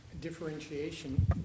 differentiation